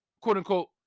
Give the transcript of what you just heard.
quote-unquote